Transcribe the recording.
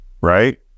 right